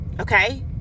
okay